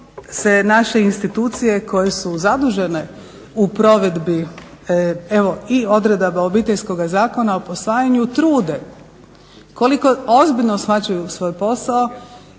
naše institucije koje su zadužene u provedbi evo i odredaba Obiteljskoga zakona o posvajanju trude, koliko ozbiljno shvaćaju svoj posao,